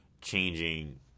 changing